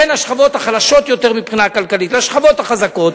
בין השכבות החלשות יותר מבחינה כלכלית לשכבות החזקות,